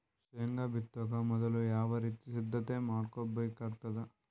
ಶೇಂಗಾ ಬಿತ್ತೊಕ ಮೊದಲು ಯಾವ ರೀತಿ ಸಿದ್ಧತೆ ಮಾಡ್ಬೇಕಾಗತದ?